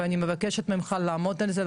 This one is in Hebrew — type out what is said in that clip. אני מבקשת ממך לעמוד על זה,